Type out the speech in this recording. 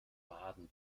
baden